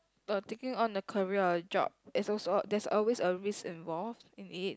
uh taking on a career or job it's also there is always a risk involved in it